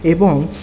এবং